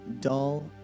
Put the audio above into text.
dull